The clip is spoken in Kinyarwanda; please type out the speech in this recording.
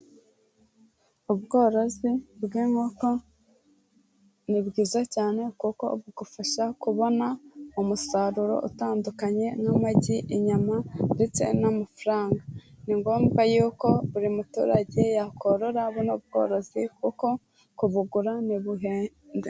Ubworozi bw'moko ni bwiza cyane kuko bugufasha kubona umusaruro utandukanye nk'amagi, inyama ndetse n'amafaranga, ni ngombwa yuko buri muturage yakorora buno bworozi kuko kubugura ntibuhenda.